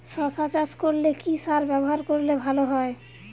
শশা চাষ করলে কি সার ব্যবহার করলে ভালো হয়?